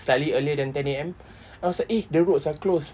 slightly earlier than ten A_M I was like eh the roads are closed